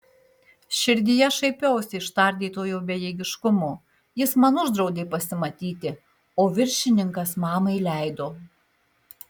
širdyje šaipiausi iš tardytojo bejėgiškumo jis man uždraudė pasimatyti o viršininkas mamai leido